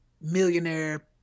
millionaire